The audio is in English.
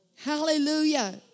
Hallelujah